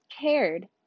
cared